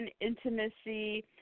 intimacy